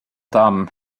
tam